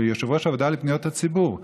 כיושב-ראש הוועדה לפניות הציבור,